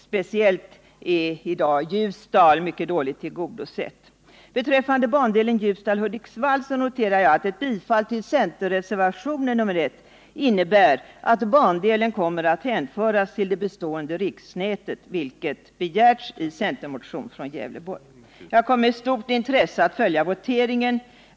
Speciellt är i dag Ljusdal mycket dåligt tillgodosett. I fråga om bandelen Ljusdal-Hudiksvall noterar jag att ett bifall till centerreservationen nr 1 innebär att bandelen kommer att hänföras till det bestående riksnätet, vilket begärts i en centermotion från Gävleborg. Jag kommer med stort intresse att följa voteringen.